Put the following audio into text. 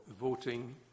voting